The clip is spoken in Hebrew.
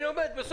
אני לומד את זה.